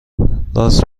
راست